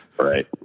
right